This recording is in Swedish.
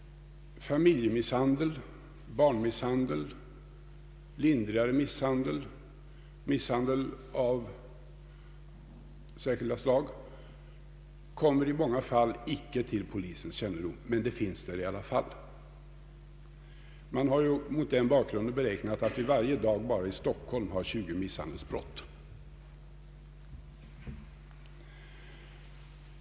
Familjemisshandel, barnmisshandel, lindrigare misshandel och misshandel av särskilda slag kommer i många fall inte till polisens kännedom, men förekommer i alla fall. Man har mot den bakgrunden beräknat att det varje dag bara i Stockholm begås 20 misshandelsbrott.